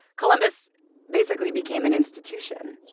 columbus basically became an institution.